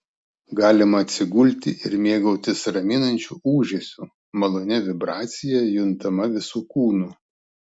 galima atsigulti ir mėgautis raminančiu ūžesiu malonia vibracija juntama visu kūnu